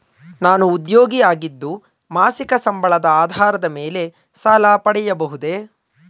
ನಾನು ಉದ್ಯೋಗಿ ಆಗಿದ್ದು ಮಾಸಿಕ ಸಂಬಳದ ಆಧಾರದ ಮೇಲೆ ಸಾಲ ಪಡೆಯಬಹುದೇ?